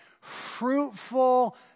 fruitful